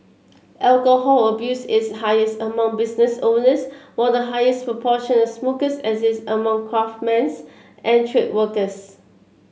alcohol abuse is highest among business owners while the highest proportion of smokers exists among craftsmen's and trade workers